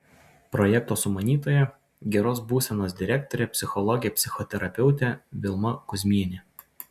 projekto sumanytoja geros būsenos direktorė psichologė psichoterapeutė vilma kuzmienė